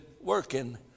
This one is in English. working